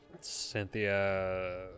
Cynthia